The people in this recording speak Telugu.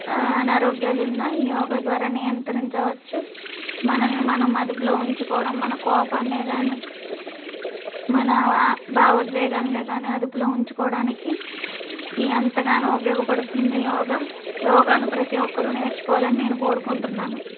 అనారోగ్యాలు ఉన్న ఈ యోగా ద్వారా నియంత్రించవచ్చు మనల్ని మనం అదుపులో ఉంచుకోవడం మన కోపాన్నే కానీ మన భావోద్వేగాలనే అదుపులో ఉంచుకోవడానికి ఎంతగానో ఉపయోగపడుతుంది యోగ యోగాని ప్రతి ఒక్కరూ నేర్చుకోవాలని నేను కోరుకుంటున్నాను